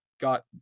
got